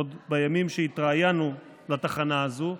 עוד בימים שהתראיינו לתחנה הזאת,